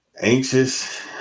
anxious